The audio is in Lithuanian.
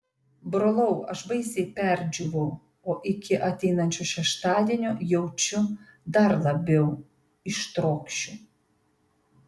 brolau aš baisiai perdžiūvau o iki ateinančio šeštadienio jaučiu dar labiau ištrokšiu